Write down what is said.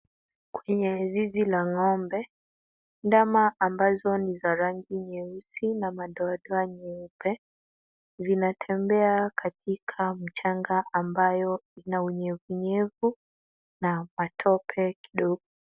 Kwenye zizi la ng'ombe, ndama ambao ni wa rangi nyeusi na madoadoa nyeupe wanatembea katika mchanga ambayo ina unyevunyevu na matope kidogo.